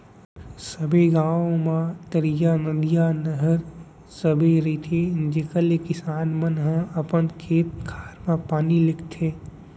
सबे गॉंव म तरिया, नदिया, नहर सबे रथे जेकर ले किसान मन ह अपन खेत खार म पानी लेगथें